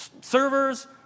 servers